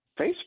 Facebook